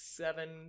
Seven